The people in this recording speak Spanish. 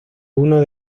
uno